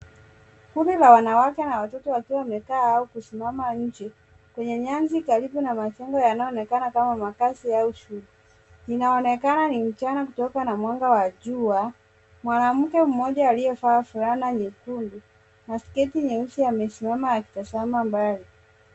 Kundi la wanawake na watoto wakiwa wamekaa au kusimama nje kwenye nyasi karibu na machumba yanayoonekana kama makazi ya shule. Inaonekana ni mchana kutokana na mwanga wa jua. Mwanamke mmoja aliyevaa fulana nyekundu na sketi nyeusi amesimama akitazama mbali.